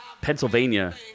Pennsylvania